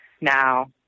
now